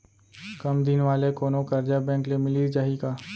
कम दिन वाले कोनो करजा बैंक ले मिलिस जाही का?